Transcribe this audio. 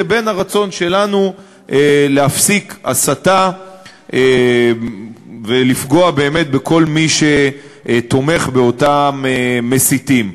לבין הרצון שלנו להפסיק הסתה ולפגוע באמת בכל מי שתומך באותם מסיתים.